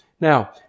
Now